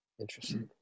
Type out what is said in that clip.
Interesting